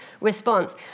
response